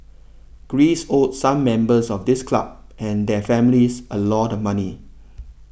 Greece owed some members of this club and their families a lot money